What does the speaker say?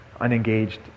unengaged